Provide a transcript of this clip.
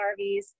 RVs